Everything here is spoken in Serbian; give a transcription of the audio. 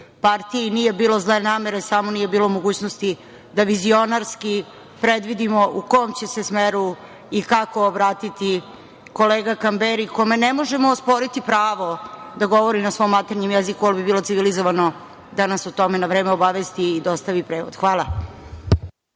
partiji, i nije bilo zle namere, samo nije bilo mogućnosti da vizionarski predvidimo u kom će se smeru i kako obratiti kolega Kamberi, kome ne možemo osporiti pravo da govori na svom maternjem jeziku, ali bi bilo civilizovano da nas o tome na vreme obavesti i dostavi prevod. Hvala.